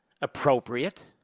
appropriate